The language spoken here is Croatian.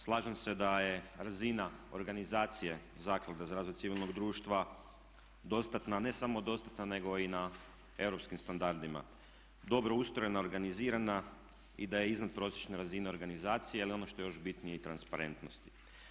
Slažem se da je razina organizacije Zaklade za razvoj civilnog društva dostatna, ne samo dostatna nego i na europskim standardima, dobro ustrojena, organizirana i da je iznad prosječne razine organizacije ali ono što je još bitnije i transparentnosti.